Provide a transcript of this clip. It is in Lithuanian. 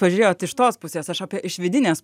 pažiūrėjote iš tos pusės aš apie iš vidinės